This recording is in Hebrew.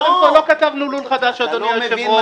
קודם כל, לא כתבנו לול חדש, אדוני היושב-ראש.